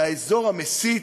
לאזור המסית,